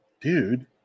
Dude